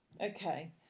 Okay